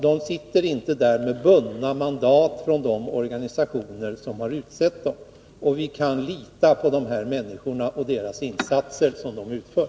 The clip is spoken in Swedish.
De sitter inte där med bundna mandat från de organisationer som har utsett dem. Vi kan lita på de här människorna och de insatser som de gör.